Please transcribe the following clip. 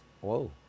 whoa